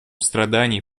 страданий